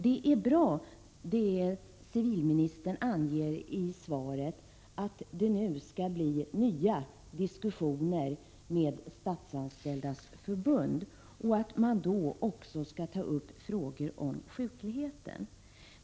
Det är bra att civilministern i svaret anger att det skall bli nya diskussioner med Statsanställdas Förbund och att man då också skall ta upp frågor om sjukligheten.